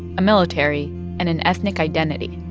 a military and an ethnic identity.